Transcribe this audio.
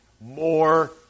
more